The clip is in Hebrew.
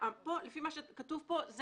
לפי מה שכתוב כאן,